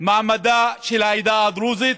מעמדה של העדה הדרוזית.